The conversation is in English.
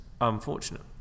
unfortunate